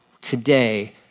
today